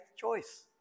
choice